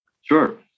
Sure